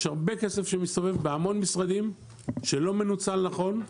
יש הרבה כסף שמסתובב בהמון משרדים שלא מנוצל נכון.